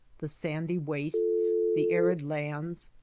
the sandy wastes, the arid lands,